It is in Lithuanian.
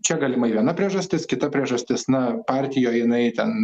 čia galimai viena priežastis kita priežastis na partijoj jinai ten